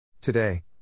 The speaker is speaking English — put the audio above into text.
Today